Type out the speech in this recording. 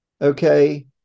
Okay